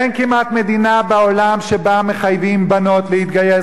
אין כמעט מדינה בעולם שבה מחייבים בנות להתגייס,